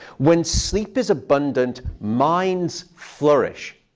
when sleep is abundant, minds flourish.